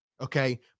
Okay